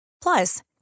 Plus